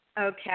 Okay